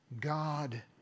God